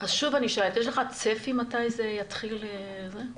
שוב אני שואלת, יש לך צפי מתי זה יתחיל לעבוד?